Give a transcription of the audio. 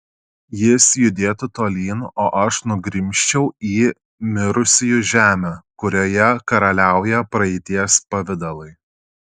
jis judėtų tolyn o aš nugrimzčiau į mirusiųjų žemę kurioje karaliauja praeities pavidalai